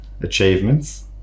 achievements